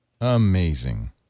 Amazing